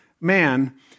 man